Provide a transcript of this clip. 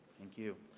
thank you.